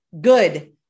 Good